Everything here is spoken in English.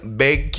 big